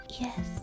Yes